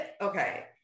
okay